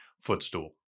footstool